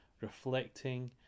reflecting